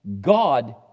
God